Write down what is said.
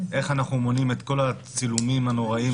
איך אנחנו מונעים את כל הצילומים הנוראיים